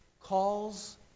calls